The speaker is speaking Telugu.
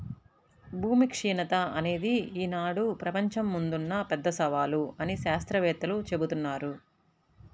భూమి క్షీణత అనేది ఈనాడు ప్రపంచం ముందున్న పెద్ద సవాలు అని శాత్రవేత్తలు జెబుతున్నారు